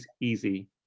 easy